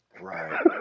Right